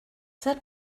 that